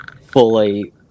fully